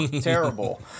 terrible